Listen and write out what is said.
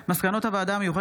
בכוח אדם במקצוע עבודה